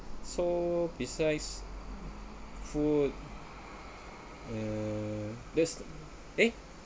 so besides food um that's eh